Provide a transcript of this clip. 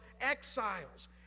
exiles